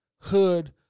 Hood